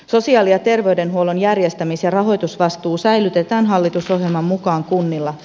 sosiaali ja terveydenhuollon järjestämis ja rahoitusvastuu säilytetään hallitusohjelman mukaan kunnilla